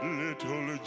little